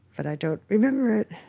but i don't remember it